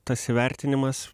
tas įvertinimas